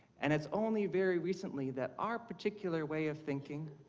and it's only very recently that our particular way of thinking,